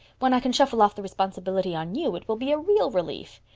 when i can shuffle off the responsibility on you it will be a real relief.